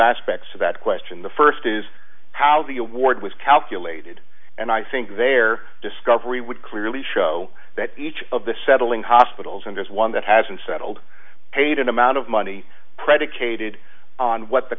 aspects to that question the first is how the award was calculated and i think their discovery would clearly show that each of the settling hospitals and there's one that has been settled paid an amount of money predicated on what the